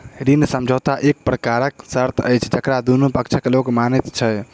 ऋण समझौता एक प्रकारक शर्त अछि जकरा दुनू पक्षक लोक मानैत छै